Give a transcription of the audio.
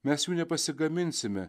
mes jų nepasigaminsime